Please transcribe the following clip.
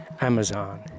Amazon